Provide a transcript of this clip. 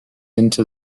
into